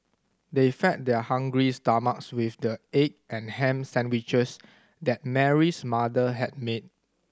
they fed their hungry stomachs with the egg and ham sandwiches that Mary's mother had made